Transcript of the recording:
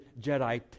Jedi